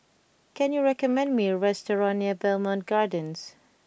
can you recommend me a restaurant near Bowmont Gardens